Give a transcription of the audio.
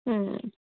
ಹ್ಞೂ